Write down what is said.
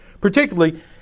particularly